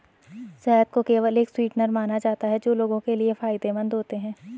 शहद को केवल एक स्वीटनर माना जाता था जो लोगों के लिए फायदेमंद होते हैं